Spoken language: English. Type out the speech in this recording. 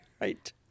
Right